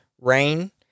Rain